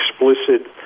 explicit